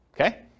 Okay